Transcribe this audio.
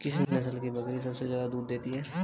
किस नस्ल की बकरी सबसे ज्यादा दूध देती है?